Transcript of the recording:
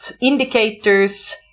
indicators